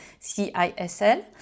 CISL